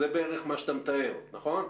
זה בערך מה שאתה מתאר, נכון?